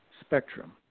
spectrum